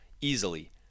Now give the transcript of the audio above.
Easily